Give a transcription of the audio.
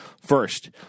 First